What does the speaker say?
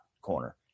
corner